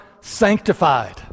sanctified